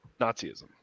Nazism